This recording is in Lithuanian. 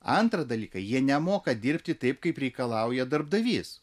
antrą dalyką jie nemoka dirbti taip kaip reikalauja darbdavys